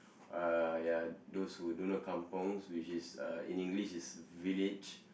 uh ya those who don't know kampung which is uh in English is village